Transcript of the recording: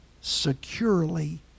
securely